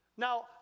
Now